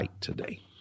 today